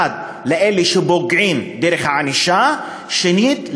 1. לאלה שפוגעים, דרך ענישה, ו-2.